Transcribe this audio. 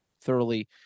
thoroughly